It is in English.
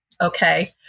okay